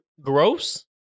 gross